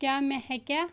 کیاہٛ مےٚ ہیٚکیٛاہ